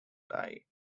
die